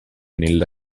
nella